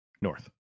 North